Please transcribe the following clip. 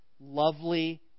lovely